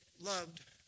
loved